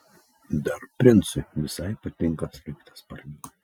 dar princui visai patinka sraigtasparniai